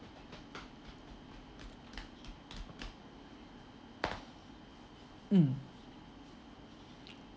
mm